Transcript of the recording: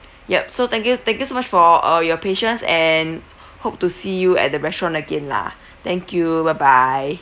yup so thank you thank you so much for uh your patience and hope to see you at the restaurant again lah thank you bye bye